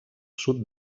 sud